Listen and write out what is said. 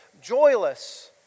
joyless